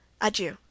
Adieu